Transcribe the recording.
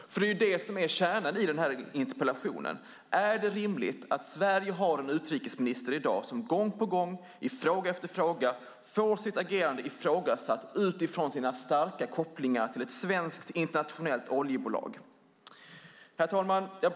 Det är nämligen det som är kärnan i min interpellation: Är det rimligt att Sverige i dag har en utrikesminister som gång på gång, i fråga efter fråga, får sitt agerande ifrågasatt utifrån sina starka kopplingar till ett svenskt internationellt oljebolag? Herr talman!